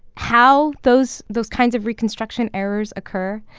how those those kinds of reconstruction errors occur.